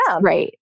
right